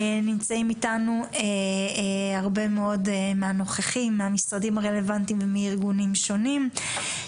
נמצאים איתנו הרבה מאוד מהנוכחים מהמשרדים הרלוונטיים ומארגונים שונים.